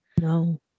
no